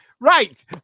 right